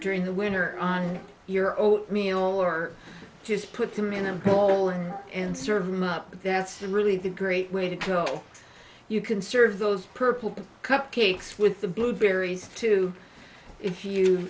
during the winter on your own meal or just put them in a bowl and serve them up but that's a really great way to go you can serve those purple cupcakes with the blueberries too if you